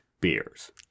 beers